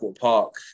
Park